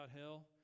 hell